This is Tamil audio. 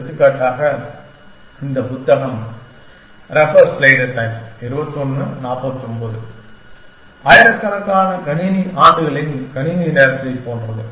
எடுத்துக்காட்டாக இந்த புத்தகம் ஆயிரக்கணக்கான கணினி ஆண்டுகளின் கணினி நேரத்தைப் போன்றது